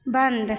बन्द